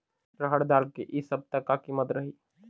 रहड़ दाल के इ सप्ता का कीमत रही?